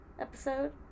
episode